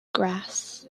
grass